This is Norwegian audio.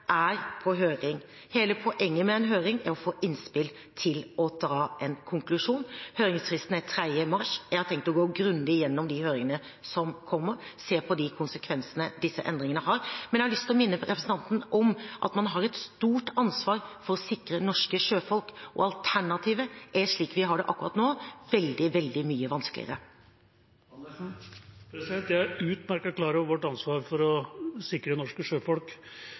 er på høring. Hele poenget med en høring er å få innspill til å dra en konklusjon. Høringsfristen er 3. mars. Jeg har tenkt å gå grundig gjennom de høringssvarene som kommer, og se på de konsekvensene disse endringene har. Men jeg har lyst til å minne representanten om at man har et stort ansvar for å sikre norske sjøfolk, og alternativet er – slik vi har det akkurat nå – veldig, veldig mye vanskeligere. Jeg er utmerket klar over vårt ansvar for å sikre norske sjøfolk.